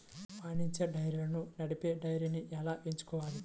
వాణిజ్య డైరీలను నడిపే డైరీని ఎలా ఎంచుకోవాలి?